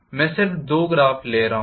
मैं सिर्फ दो ग्राफ़ ले रहा हूं